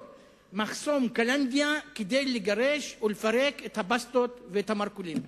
מחסום קלנדיה כדי לגרש ולפרק את הבסטות ואת הרוכלים?